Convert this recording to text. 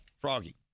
Froggy